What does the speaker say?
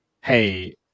hey